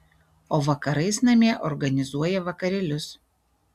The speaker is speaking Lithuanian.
o vakarais namie organizuoja vakarėlius